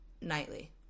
nightly